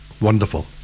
Wonderful